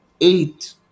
eight